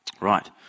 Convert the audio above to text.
Right